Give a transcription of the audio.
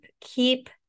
Keep